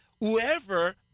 Whoever